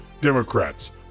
Democrats